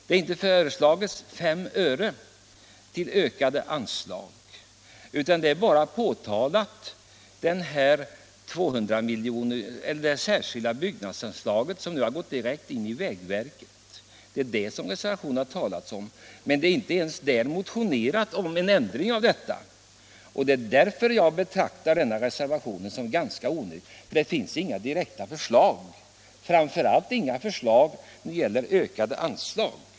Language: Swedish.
Det har inte föreslagits 5 öre i ökade anslag, utan det talas i reservationen bara om det särskilda byggnadsanslaget som nu har gått direkt in under vägverket. Man har inte ens motionerat om en ändring av detta, och det är därför jag betraktar den här reservationen som ganska onödig. Det finns inga direkta förslag, framför allt inga förslag om ökade anslag.